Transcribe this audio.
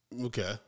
Okay